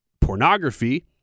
pornography